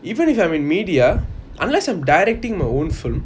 even if I am in media unless I'm directing my own film